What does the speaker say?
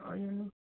অন্যান্য